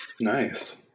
Nice